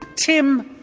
tim,